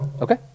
Okay